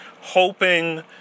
hoping